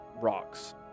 rocks